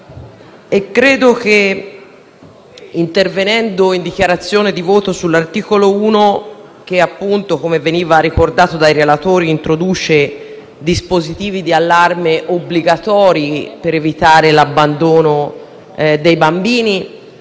deputati. Intervengo in dichiarazione di voto sull'articolo 1, che, come veniva ricordato dai relatori, introduce dispositivi di allarme obbligatori per evitare l'abbandono dei bambini.